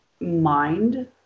mind